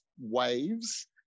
waves